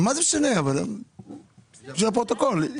בשביל הפרוטוקול.